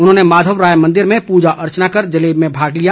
उन्होंने माधव राय मंदिर में पूजा अर्चना कर जलेब में भाग लिया